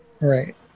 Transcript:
right